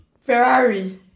Ferrari